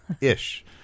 Ish